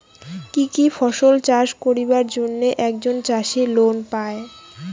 কি কি ফসল চাষ করিবার জন্যে একজন চাষী লোন পায়?